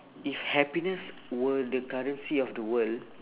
if happiness were the currency of the world